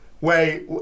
Wait